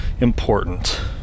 important